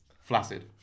flaccid